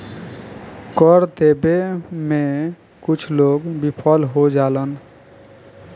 कर देबे में कुछ लोग विफल हो जालन